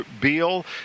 Beal